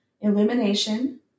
illumination